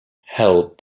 held